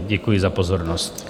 Děkuji za pozornost.